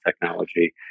technology